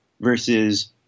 versus